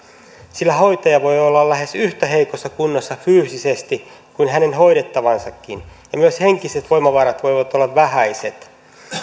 sillä hoitaja voi olla fyysisesti lähes yhtä heikossa kunnossa kuin hänen hoidettavansakin ja myös henkiset voimavarat voivat olla vähäiset